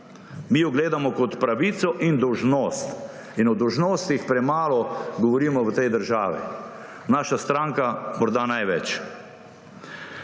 Mi jo gledamo kot pravico in dolžnost. In o dolžnostih premalo govorimo v tej državi, naša stranka morda največ.